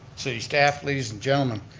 city staff, ladies and gentlemen.